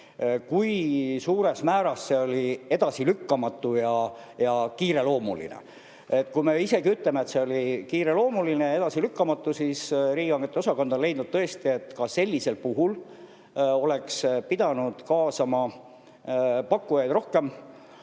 kui suures määras see oli edasilükkamatu ja kiireloomuline. Kui me isegi ütleme, et see oli kiireloomuline ja edasilükkamatu, siis riigihangete osakond on leidnud, et ka sellisel puhul oleks pidanud kaasama pakkujaid rohkem. Ma